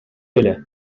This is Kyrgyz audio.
эле